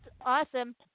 awesome